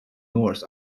north